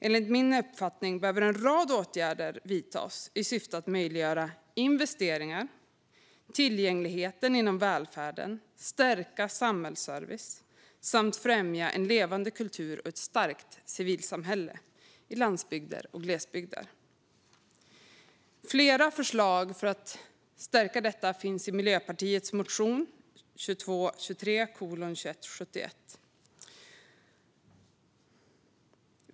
En rad åtgärder behöver vidtas i syfte att möjliggöra för investeringar, öka tillgängligheten inom välfärden, stärka samhällsservice samt främja en levande kultur och ett starkt civilsamhälle i landsbygder och glesbygder. Flera förslag för att stärka detta finns i Miljöpartiets motion 2022/23:2171.